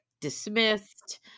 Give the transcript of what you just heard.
dismissed